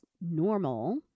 normal